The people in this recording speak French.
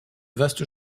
vastes